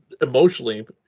Emotionally